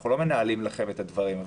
אנחנו לא מנהלים לכם את הדברים.